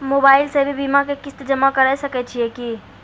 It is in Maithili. मोबाइल से भी बीमा के किस्त जमा करै सकैय छियै कि?